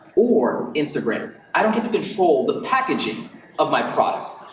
or instagram. i don't get to control the packaging of my product.